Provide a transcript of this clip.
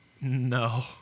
No